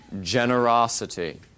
generosity